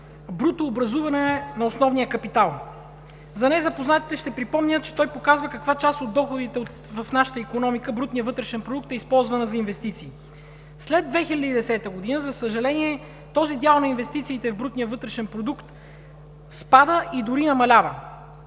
„брутообразуване на основния капитал“. За незапознатите ще припомня, че той показва каква част от доходите в нашата икономика – брутният вътрешен продукт, е използвана за инвестиции. След 2010 г., за съжаление, делът на инвестициите в брутния вътрешен продукт спада и дори намалява